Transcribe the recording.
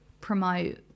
promote